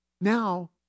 now